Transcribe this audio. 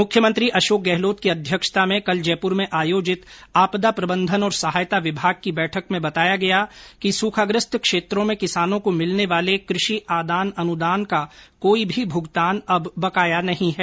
मुख्यमंत्री अशोक गहलोत की अध्यक्षता में कल जयपुर में आयोजित आपदा प्रबन्धन और सहायता विभाग की बैठक में बताया गया कि सुखाग्रस्त क्षेत्रों में किसानों को मिलने वाले क्रषि आदान अनुदान का कोई भी भुगतान अब बकाया नहीं हैं